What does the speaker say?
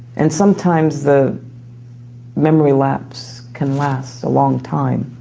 and sometimes the memory lapse can last a long time.